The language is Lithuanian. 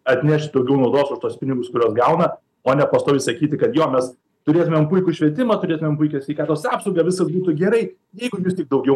atnešti daugiau naudos už tuos pinigus kuriuos gauna o ne pastoviai sakyti kad jo mes turėtumėm puikų švietimą turėtumėm puikią sveikatos apsaugą viskas būtų gerai jeigu jūs tik daugiau